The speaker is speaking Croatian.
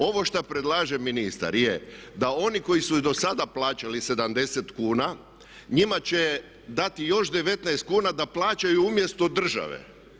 Ovo šta predlaže ministar je da oni koji su i dosada plaćali 70 kuna njima će dati još 19 kuna da plaćaju umjesto države.